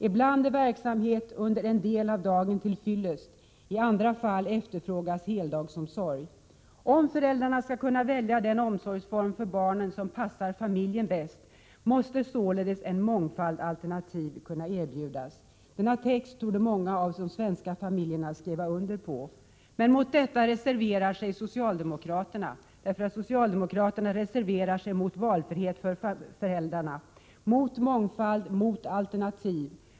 Ibland är verksamhet under en del av dagen till fyllest, i andra fall efterfrågas heldagsomsorg. Om föräldrarna skall kunna välja den omsorgsform för barnen som passar familjen bäst, måste således en mångfald alternativ kunna erbjudas.” Denna text torde många av de svenska familjerna skriva under på, men mot detta reserverar sig socialdemokraterna. Socialdemokraterna reserverar sig mot valfrihet för föräldrarna, mot mångfald, mot alternativ!